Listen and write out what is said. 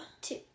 Two